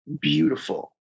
beautiful